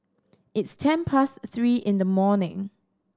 its ten past three in the morning